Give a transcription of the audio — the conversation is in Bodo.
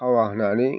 खावा होनानै